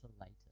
later